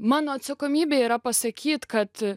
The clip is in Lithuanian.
mano atsakomybė yra pasakyt kad